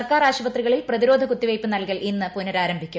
സർക്കാർ ആശുപത്രികളിൽ പ്രതിരോധ കുത്തിവയ്പ് നൽകൽ ഇന്ന് പുനരാരംഭിക്കും